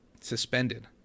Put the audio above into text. suspended